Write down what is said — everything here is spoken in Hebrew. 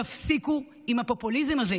תפסיקו עם הפופוליזם הזה.